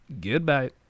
Goodbye